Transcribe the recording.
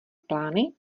plány